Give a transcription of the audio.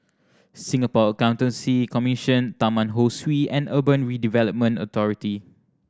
Singapore Accountancy Commission Taman Ho Swee and Urban Redevelopment Authority